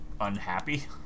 unhappy